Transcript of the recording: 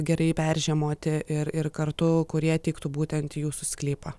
gerai peržiemoti ir ir kartu kurie tiktų būtent į jūsų sklypą